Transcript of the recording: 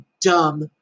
dumb